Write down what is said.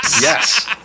yes